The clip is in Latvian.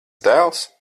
dēls